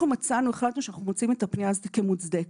אנחנו מצאנו שאנחנו רוצים את הפנייה הזאת כמוצדקת.